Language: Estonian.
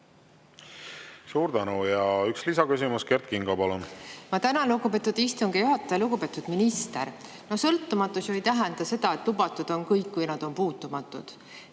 Suur tänu! Ja üks lisaküsimus. Kert Kingo, palun! Ma tänan, lugupeetud istungi juhataja! Lugupeetud minister! Sõltumatus ju ei tähenda seda, et lubatud on kõik või nad on puutumatud.